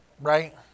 Right